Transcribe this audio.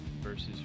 versus